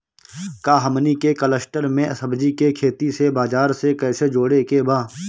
का हमनी के कलस्टर में सब्जी के खेती से बाजार से कैसे जोड़ें के बा?